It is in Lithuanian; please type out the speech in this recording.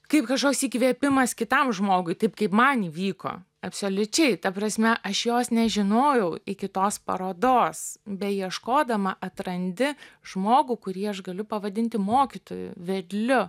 kaip kažkoks įkvėpimas kitam žmogui taip kaip man įvyko absoliučiai ta prasme aš jos nežinojau iki tos parodos beieškodama atrandi žmogų kurį aš galiu pavadinti mokytoju vedliu